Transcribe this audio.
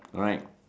alright